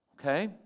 Okay